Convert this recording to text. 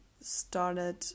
started